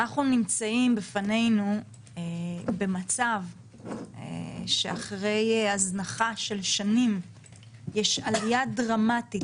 אנחנו נמצאים במצב שאחרי הזנחה של שנים יש עלייה דרמטית,